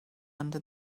under